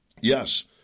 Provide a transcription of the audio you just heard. yes